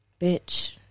bitch